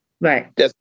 Right